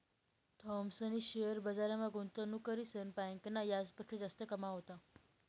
थॉमसनी शेअर बजारमा गुंतवणूक करीसन बँकना याजपक्सा जास्त कमावात